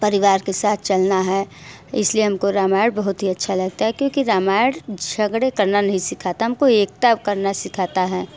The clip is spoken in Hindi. परिवार के साथ चलना है इसलिए हमको रामायण बहुत ही अच्छा लगता है क्योंकि रामायण झगड़े करना नहीं सिखाता हमको एकता करना सिखाता है